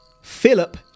Philip